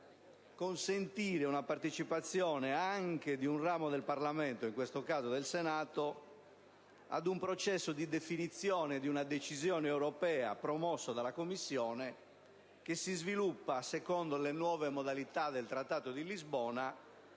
di consentire la partecipazione di un ramo del Parlamento, in questo caso del Senato, al processo di definizione di una decisione europea promossa dalla Commissione, che si sviluppa secondo le nuove modalità del Trattato di Lisbona